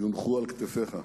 יונחו על כתפיך.